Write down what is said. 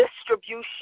distribution